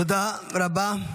תודה רבה.